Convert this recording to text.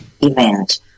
event